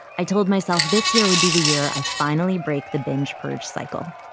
i told myself this year would be the year i finally break the binge purge cycle.